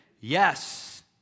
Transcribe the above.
Yes